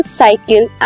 cycle